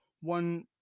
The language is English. one